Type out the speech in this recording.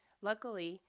luckily,